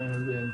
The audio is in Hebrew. אני מבין.